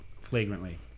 flagrantly